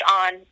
on